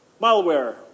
malware